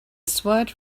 sword